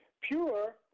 pure